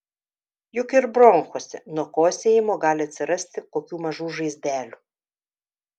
juk ir bronchuose nuo kosėjimo gali atsirasti kokių mažų žaizdelių